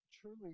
truly